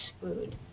food